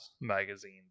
magazine